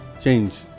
Change